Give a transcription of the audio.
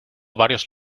varios